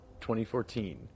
2014